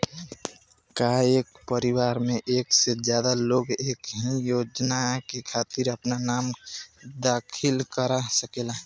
का एक परिवार में एक से ज्यादा लोग एक ही योजना के खातिर आपन नाम दाखिल करा सकेला?